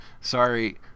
Sorry